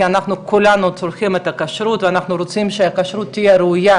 כי אנחנו כולנו צורכים את הכשרות ואנחנו רוצים שהכשרות תהיה ראויה